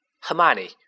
Hermione